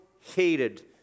hated